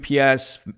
UPS